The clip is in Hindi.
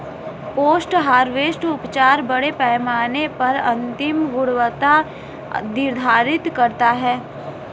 पोस्ट हार्वेस्ट उपचार बड़े पैमाने पर अंतिम गुणवत्ता निर्धारित करता है